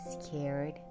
Scared